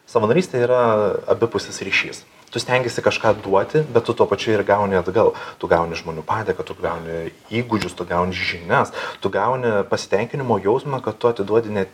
savanorystė yra abipusis ryšys tu stengiesi kažką duoti bet tu tuo pačiu ir gauni atgal tu gauni žmonių padėką tu gauni įgūdžius tu gauni žinias tu gauni pasitenkinimo jausmą kad tu atiduodi ne